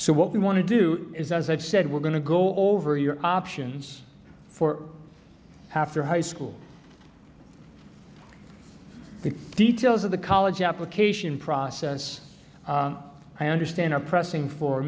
so what we want to do is as i've said we're going to go over your options for after high school the details of the college application process i understand are pressing for